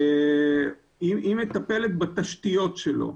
היא מטפלת בתשתיות שלו.